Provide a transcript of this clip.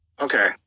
okay